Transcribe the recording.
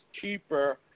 cheaper